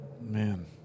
Man